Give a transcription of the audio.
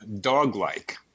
dog-like